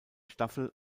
staffel